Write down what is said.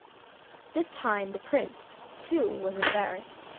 this time the prince, too, was embarrassed,